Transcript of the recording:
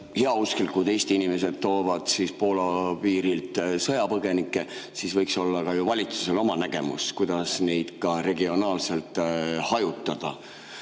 heausklikud Eesti inimesed toovad Poola piirilt sõjapõgenikke, siis võiks olla ju valitsusel ka oma nägemus, kuidas neid regionaalselt hajutada.